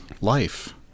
life